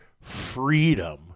freedom